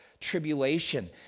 tribulation